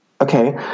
Okay